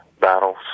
battles